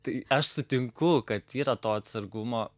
tai aš sutinku kad yra to atsargumo